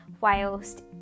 whilst